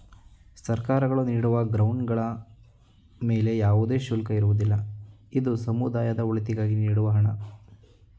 ಸರ್ಕಾರಗಳು ನೀಡುವ ಗ್ರಾಂಡ್ ಗಳ ಮೇಲೆ ಯಾವುದೇ ಶುಲ್ಕ ಇರುವುದಿಲ್ಲ, ಇದು ಸಮುದಾಯದ ಒಳಿತಿಗಾಗಿ ನೀಡುವ ಹಣ